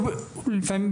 לפעמים,